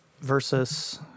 versus